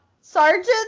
sergeant